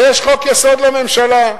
ויש חוק-יסוד: הממשלה.